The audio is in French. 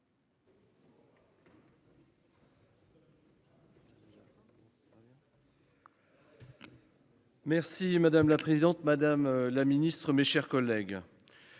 Madame la présidente, madame la ministre, mes chers collègues,